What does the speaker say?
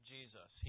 Jesus